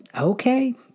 okay